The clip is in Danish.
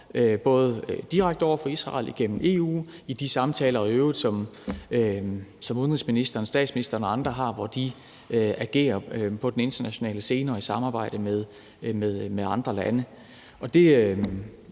både direkte over for Israel igennem EU og i de samtaler, som udenrigsministeren, statsministeren og andre i øvrigt har, hvor de agerer på den internationale scene og i et samarbejde med andre lande. Det